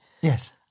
Yes